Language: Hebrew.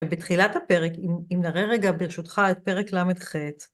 ובתחילת הפרק, אם נראה רגע ברשותך את פרק ל"ח